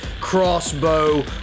crossbow